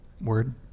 word